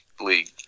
league